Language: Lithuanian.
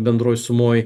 bendroj sumoj